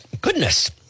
Goodness